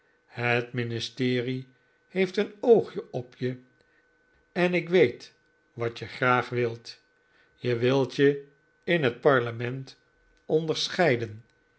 het ministerie heeft een oogje op je en ik weet wat je graag wilt je wilt je in het parlement onderscheiden